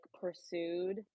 pursued